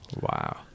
Wow